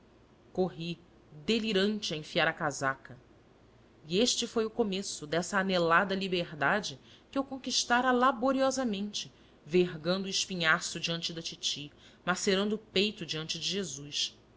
corri delirante a enfiar a casaca e este foi o começo dessa anelada liberdade que eu conquistara laboriosamente vergando o espinhaço diante da titi macerando o peito diante de jesus